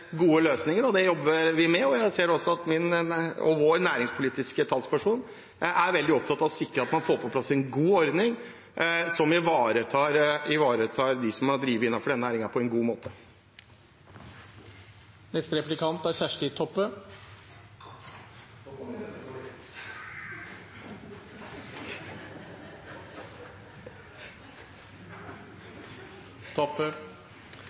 gode løsninger, og det jobber vi med. Jeg ser at vår næringspolitiske talsperson er veldig opptatt av å sikre at man får på plass en god ordning som ivaretar dem som har drevet innenfor denne næringen, på en god måte.